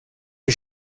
est